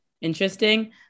interesting